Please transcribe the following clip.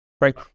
right